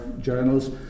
journals